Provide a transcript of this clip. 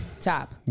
top